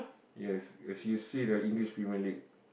yes if you see the English Premier-League